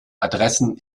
adressen